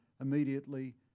immediately